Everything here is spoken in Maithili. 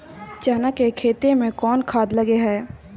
चना के खेती में कोन खाद लगे हैं?